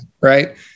Right